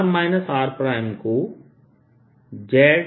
r r